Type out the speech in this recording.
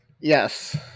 Yes